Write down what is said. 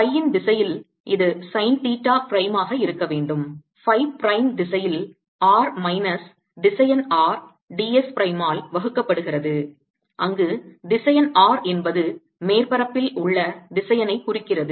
phiன் திசையில் இது sine theta பிரைமாக இருக்க வேண்டும் phi பிரைம் திசையில் r மைனஸ் திசையன் R d s பிரைமால் வகுக்கப்படுகிறது அங்கு திசையன் R என்பது மேற்பரப்பில் உள்ள திசையனைக் குறிக்கிறது